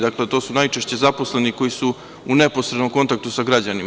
Dakle, to su najčešće zaposleni koji su u neposrednom kontaktu sa građanima.